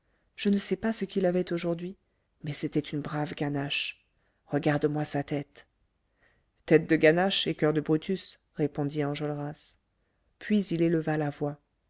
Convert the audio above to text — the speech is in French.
je ne sais pas ce qu'il avait aujourd'hui mais c'était une brave ganache regarde-moi sa tête tête de ganache et coeur de brutus répondit enjolras puis il